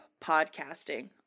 podcasting